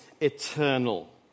eternal